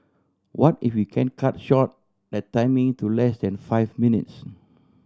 what if we can cut short that timing to less than five minutes